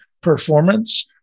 performance